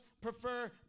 prefer